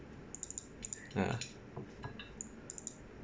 yeah